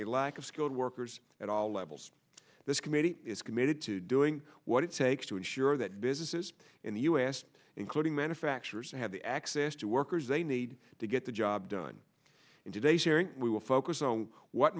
a lack of skilled workers at all levels this committee is committed to doing what it takes to ensure that businesses in the u s including manufacturers have the access to workers they need to get the job done in today's hearing we will focus on what